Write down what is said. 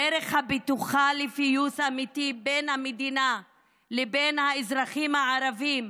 הדרך הבטוחה לפיוס אמיתי בין המדינה לבין האזרחים הערבים,